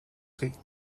seat